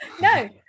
no